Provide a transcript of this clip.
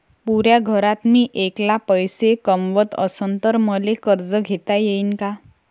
पुऱ्या घरात मी ऐकला पैसे कमवत असन तर मले कर्ज घेता येईन का?